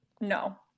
No